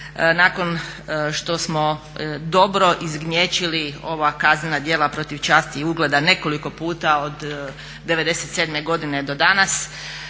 Nakon što smo dobro izgnječili ova kaznena djelala protiv časti i ugleda nekolik puta od 97. godine do danas